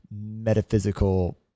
metaphysical